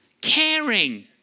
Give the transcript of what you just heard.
caring